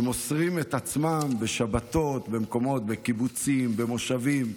ומוסרים את עצמם בשבתות בקיבוצים, במושבים,